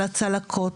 על הצלקות,